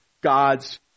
God's